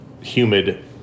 humid